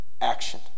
action